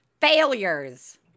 Failures